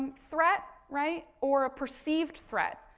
threat, right, or a perceived threat,